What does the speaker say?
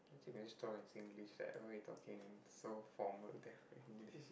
actually you can just talk in Singlish like why you talking in so formal the English